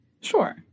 Sure